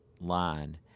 line